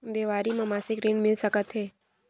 देवारी म मासिक ऋण मिल सकत हे?